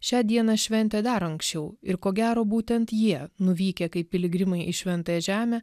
šią dieną šventė dar anksčiau ir ko gero būtent jie nuvykę kaip piligrimai į šventąją žemę